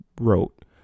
wrote